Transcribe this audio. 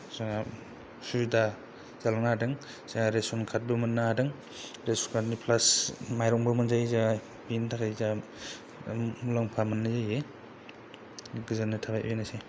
जोंहा सुबिदा जालांनो हादों जोंहा रेसन कार्डबो मोननो हादों रेसन कार्डनि प्लास माइरंबो मोनजायो जोंहा बेनि थाखाय जाहा मुलाम्फा मोननाय जायो गोजोननाय थाबाय एनोसै